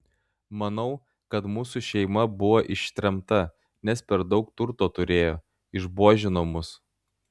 manau kad mūsų šeima buvo ištremta nes per daug turto turėjo išbuožino mus